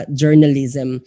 journalism